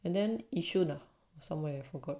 and then yishun ah somewhere I forgot